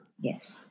Yes